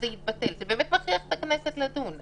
זה יתבטל וזה באמת מכריח את הכנסת לדון.